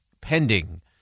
pending